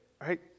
Right